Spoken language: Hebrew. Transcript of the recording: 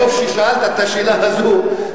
וטוב ששאלת את השאלה הזאת,